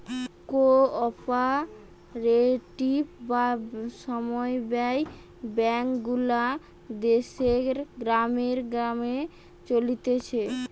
co operative বা সমব্যায় bank গুলা দেশের গ্রামে গ্রামে চলতিছে